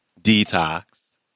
Detox